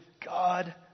God